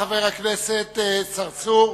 חבר הכנסת צרצור,